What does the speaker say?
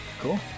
Cool